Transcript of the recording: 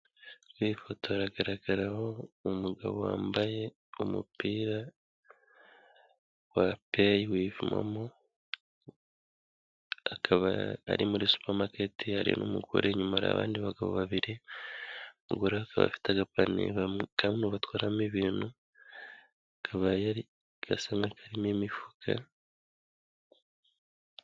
Kuri iyi foto hagaragaraho umugabo wambaye umupira wa peyi wivu momo, akaba ari muri supamaketi hari n'umugore inyuma hari abandi bagabo babiri, umugore akaba afite agapaniye kano batwaramo ibintu kakaba gasa nk'akarimo imifuka.